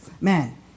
man